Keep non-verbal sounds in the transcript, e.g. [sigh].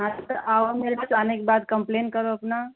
अच्छा आओ मेरे [unintelligible] आने के बाद कंप्लेन करो अपनी